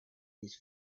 his